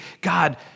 God